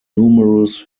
numerous